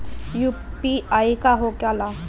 UPI का होके ला?